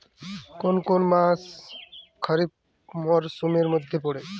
কোন কোন মাস খরিফ মরসুমের মধ্যে পড়ে?